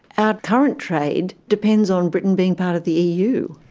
our current trade depends on britain being part of the eu.